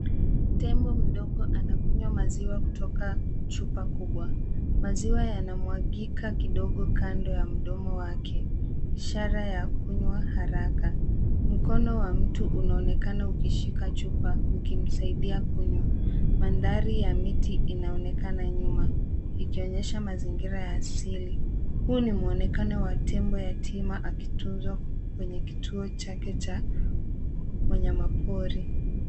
Tembo mdogo anakunywa maziwa kutoka chupa kubwa. Maziwa yanamwagika kidogo kando ya mdomo wake, ishara ya kunywa haraka. Mkono wa mtu unaonekana ukishika chupa ukimsaidia kunywa. Mandhari ya miti inaonekana nyuma ikionyesha mazingira ya asili. Huu ni mwonekano wa tembo yatima akitunzwa kwenye kituo chake cha wanyama pori.